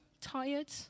tired